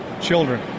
children